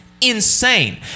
insane